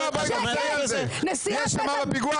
היא אשמה בפיגוע?